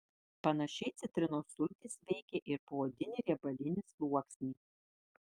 panašiai citrinos sultys veikia ir poodinį riebalinį sluoksnį